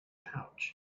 pouch